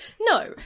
No